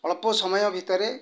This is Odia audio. ଅଳ୍ପ ସମୟ ଭିତରେ